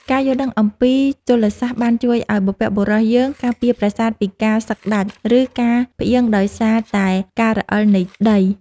ការយល់ដឹងអំពីជលសាស្ត្របានជួយឱ្យបុព្វបុរសយើងការពារប្រាសាទពីការសឹកដាច់ ឬ ការផ្អៀងដោយសារតែការរអិលនៃដី។